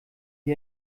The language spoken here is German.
wie